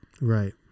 Right